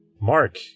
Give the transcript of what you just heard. Mark